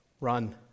Run